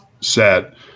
set